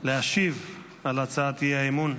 להשיב על הצעת אי-האמון.